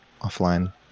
offline